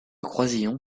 croisillons